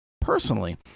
personally